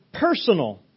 Personal